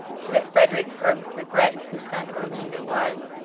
so that frederick heard with regret whose son, orlando was,